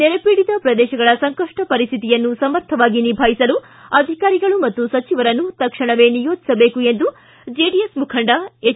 ನೆರೆಪೀಡಿತ ಪ್ರದೇಶಗಳ ಸಂಕಷ್ಷ ಪರಿಸ್ಥಿತಿಯನ್ನು ಸಮರ್ಥವಾಗಿ ನಿಭಾಯಿಸಲು ಅಧಿಕಾರಿಗಳು ಮತ್ತು ಸಚಿವರನ್ನು ತಕ್ಷಣವೇ ನಿಯೋಜಿಸಬೇಕು ಎಂದು ಜೆಡಿಎಸ್ ಮುಖಂಡ ಎಚ್